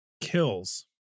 kills